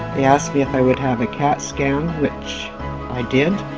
he asked me if i would have a cat scan which i did.